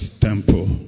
temple